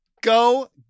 go